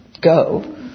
go